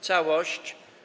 Całość.